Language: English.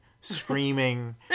screaming